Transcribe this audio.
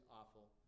awful